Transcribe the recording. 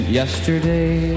yesterday